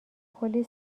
کلی